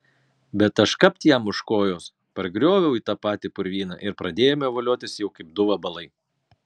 bet aš kapt jam už kojos pargrioviau į tą patį purvyną ir pradėjome voliotis jau kaip du vabalai